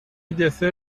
دسر